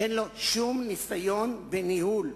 אין לו שום ניסיון בניהול,